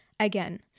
Again